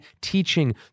teaching